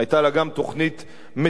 היתה גם לה תוכנית מצוינת,